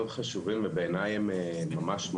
מאוד חשובים ובעיני הם ממש,